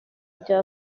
bya